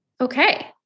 Okay